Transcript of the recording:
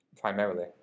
primarily